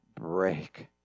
break